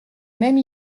même